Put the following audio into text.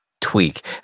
tweak